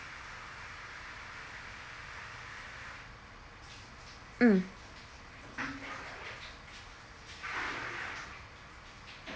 mm